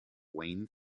wayne